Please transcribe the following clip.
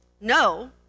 no